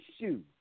shoe